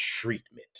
treatment